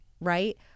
right